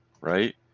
right